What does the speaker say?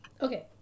Okay